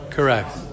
Correct